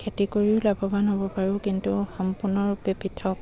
খেতি কৰিও লাভৱান হ'ব পাৰোঁ কিন্তু সম্পূৰ্ণৰূপে পৃথক